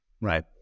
Right